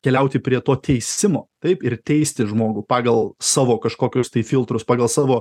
keliauti prie to teisimo taip ir teisti žmogų pagal savo kažkokius tai filtrus pagal savo